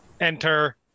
Enter